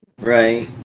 Right